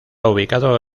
ubicado